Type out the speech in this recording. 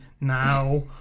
now